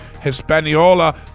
Hispaniola